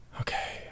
okay